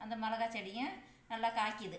அந்த மிளகாச் செடியும் நல்லா காய்க்குது